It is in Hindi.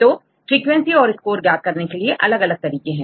तो फ्रीक्वेंसी और स्कोर ज्ञात करने के अलग अलग तरीके हैं